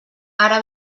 ara